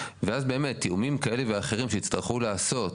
ואז באמת תיאומים כאלה ואחרים שיצטרכו לעשות